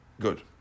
Good